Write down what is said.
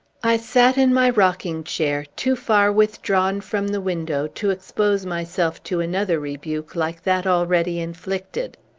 i sat in my rocking-chair, too far withdrawn from the window to expose myself to another rebuke like that already inflicted.